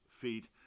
feet